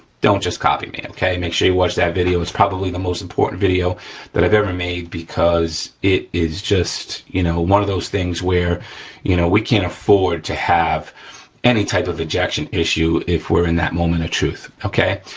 don't just copy me, okay? make sure you watch that video, it's probably the most important video that i've ever made, because it is just you know one of those things where you know we can't afford to have any type of ejection issue if we're in that moment of truth, okay?